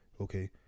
okay